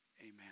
amen